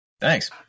thanks